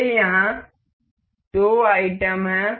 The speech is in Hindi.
हमारे यहां दो आइटम हैं